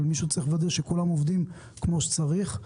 אבל מישהו צריך לוודא שכולם עובדים כמו שצריך.